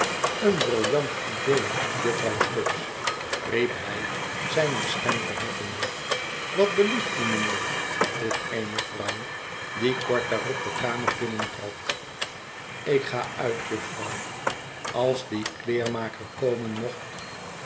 een brillant idee juf vrouw stubbs riep hij zijne stem verheffende wat belieft u mijnheer vroeg eene vrouw die kort daarop de kamer binnentrad ik ga uit juf vrouw als die kleermaker komen mocht